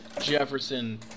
Jefferson